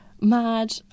mad